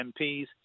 MPs